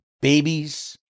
babies